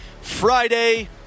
Friday